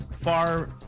far